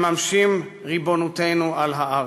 מממשים ריבונותנו על הארץ.